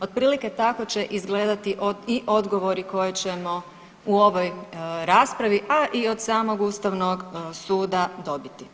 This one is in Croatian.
Otprilike tako će izgledati i odgovori koje ćemo u ovoj raspravi, a i od samog ustavnog suda dobiti.